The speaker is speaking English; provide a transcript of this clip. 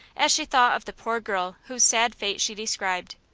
as she thought of the poor girl whose sad fate she described.